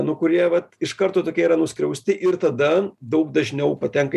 nu kurie vat iš karto tokie yra nuskriausti ir tada daug dažniau patenka